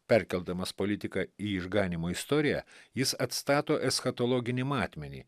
perkeldamas politiką į išganymo istoriją jis atstato eschatologinį matmenį